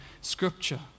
scripture